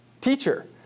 teacher